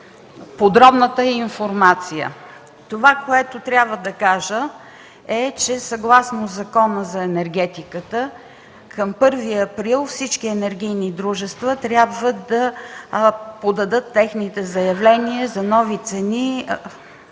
подробната информация. Това, което трябва да кажа, е, че съгласно Закона за енергетиката към 1 април всички енергийни дружества трябва да подадат техните заявления за нови цени,